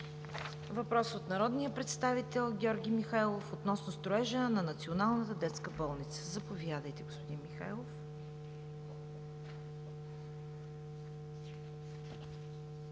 въпрос – от народния представител Георги Михайлов относно строежа на Националната детска болница. Заповядайте, господин Михайлов.